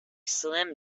slim